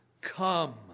come